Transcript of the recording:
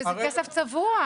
וזה כסף צבוע.